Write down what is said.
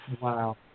Wow